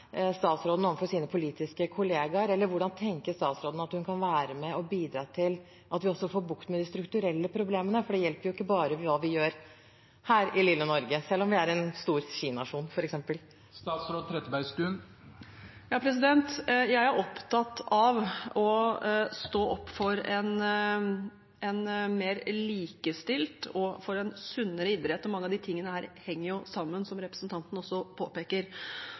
statsråden overfor sine politiske kollegaer, eller hvordan tenker statsråden at hun kan være med og bidra til at vi også får bukt med de strukturelle problemene. For det hjelper jo ikke hva vi gjør bare her i lille Norge, selv om vi er en stor skinasjon. Jeg er opptatt av å stå opp for en mer likestilt og for en sunnere idrett, og mye av dette henger jo sammen, som representanten også påpeker.